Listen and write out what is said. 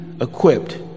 equipped